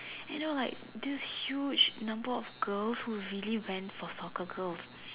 you know like this huge number of girls who really went for soccer girls